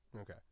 Okay